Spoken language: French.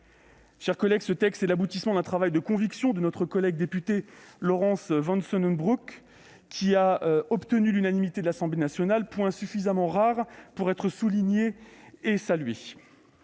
chers collèges, ce texte est l'aboutissement d'un travail de conviction de notre collègue députée Laurence Vanceunebrock, qui a été voté à l'unanimité de l'Assemblée nationale ; ce point est suffisamment rare pour être souligné et salué.